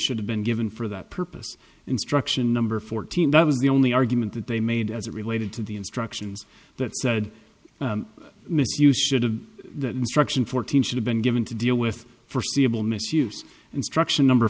should have been given for that purpose instruction number fourteen that was the only argument that they made as it related to the instructions that said miss you should have the instruction fourteen should have been given to deal with forseeable misuse instruction number